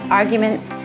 arguments